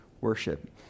worship